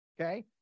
Okay